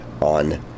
on